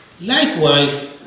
Likewise